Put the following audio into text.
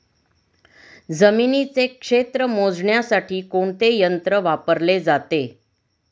जमिनीचे क्षेत्र मोजण्यासाठी कोणते यंत्र वापरले जाते?